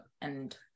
and-